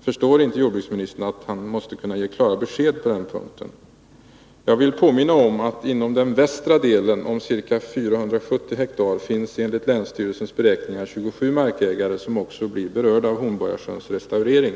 Förstår inte jordbruksministern att han måste kunna ge klara besked på den punkten? Jag vill påminna om att inom den västra delen på ca 470 hektar finns enligt länsstyrelsens beräkningar 27 markägare, som också blir berörda av Hornborgasjöns restaurering.